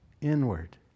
inward